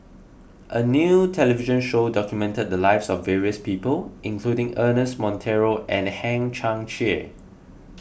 a new television show document the lives of various people including Ernest Monteiro and Hang Chang Chieh